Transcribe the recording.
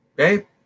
Okay